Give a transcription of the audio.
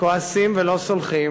כועסים ולא סולחים,